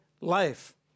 life